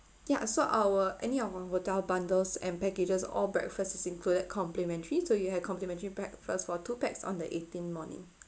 ya so our any of our hotel bundles and packages all breakfast is included complimentary so you have complimentary breakfast for two pax on the eighteen morning